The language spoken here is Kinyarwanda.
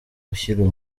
gushyira